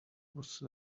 was